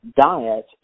diet